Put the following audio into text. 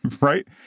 right